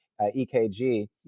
EKG